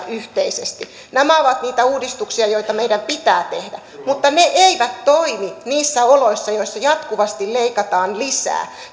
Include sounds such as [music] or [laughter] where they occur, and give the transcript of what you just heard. [unintelligible] yhteisesti nämä ovat niitä uudistuksia joita meidän pitää tehdä mutta ne eivät toimi niissä oloissa joissa jatkuvasti leikataan lisää